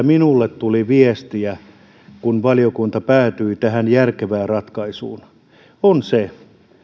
minulle tuli viestiä valiokunta päätyi tähän järkevään ratkaisuun